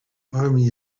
army